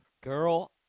girl